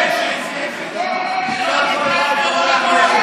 זה מה שאתה.